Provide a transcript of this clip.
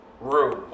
room